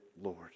Lord